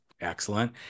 Excellent